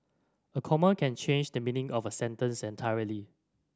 a comma can change the meaning of a sentence entirely